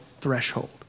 threshold